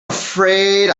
afraid